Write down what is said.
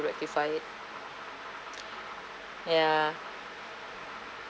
rectify it ya